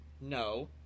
No